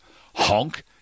Honk